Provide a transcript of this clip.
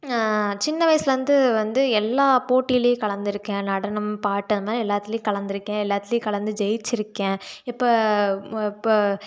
சின்ன வயசிலருந்து வந்து எல்லா போட்டியிலும் கலந்திருக்கேன் நடனம் பாட்டு அந்தமாதிரி எல்லாத்திலும் கலந்திருக்கேன் எல்லாத்திலும் கலந்து ஜெயிச்சுருக்கேன் இப்போ இப்போ